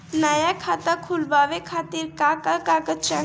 नया खाता खुलवाए खातिर का का कागज चाहीं?